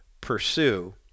pursue